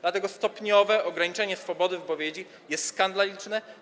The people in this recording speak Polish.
Dlatego stopniowe ograniczanie swobody wypowiedzi jest skandaliczne.